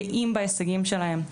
גאים בהישגים שלהם,